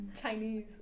Chinese